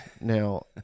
Now